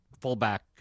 fullback